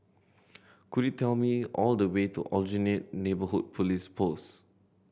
could you tell me all the way to Aljunied Neighbourhood Police Post